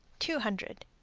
two hundred.